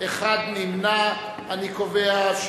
נא להצביע.